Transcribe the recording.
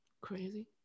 Crazy